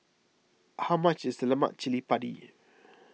how much is Lemak Cili Padi